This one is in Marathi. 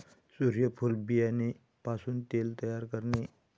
सूर्यफूल बियाणे पासून तेल तयार करणे